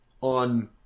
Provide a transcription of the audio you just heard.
on